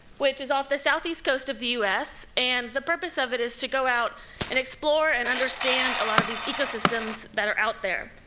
which is off the southeast coast of the u s, and the purpose of it is to go out and explore and understand a lot of these ecosystems that are out there.